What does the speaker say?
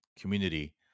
community